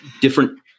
different